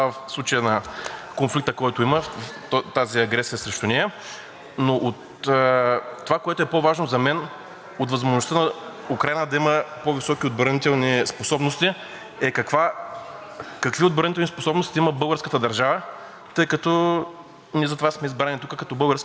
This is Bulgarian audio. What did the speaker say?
от възможността на Украйна да има по-високи отбранителни способности, е какви отбранителни способности има българската държава, тъй като ние затова сме избрани тук като български народни представители. Затова бих желал да направя следната добавка в точка